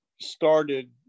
started